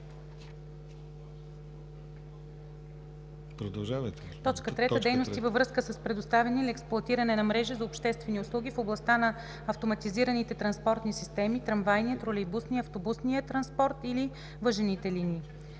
година. 3. Дейности във връзкa с предоставяне или експлоатиране нa мрежи зa обществени услуги в областтa нa автоматизираните транспортни системи, трамвайния, тролейбусния, автобусния транспорт или въжените линии.